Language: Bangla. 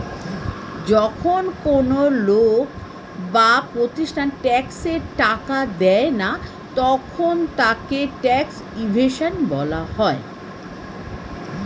যখন কোন লোক বা প্রতিষ্ঠান ট্যাক্সের টাকা দেয় না তখন তাকে ট্যাক্স ইভেশন বলা হয়